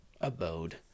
abode